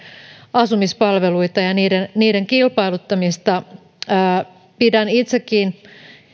asumispalveluita ja niiden niiden kilpailuttamista pidän itsekin